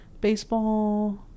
Baseball